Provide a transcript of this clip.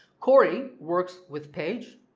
corey works with paige.